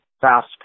fast